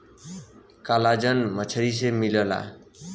collagen मछरी से मिलला